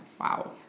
wow